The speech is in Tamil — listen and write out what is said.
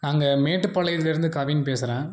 நாங்கள் மேட்டுப்பாளையத்துலேருந்து கவின் பேசுகிறேன்